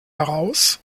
heraus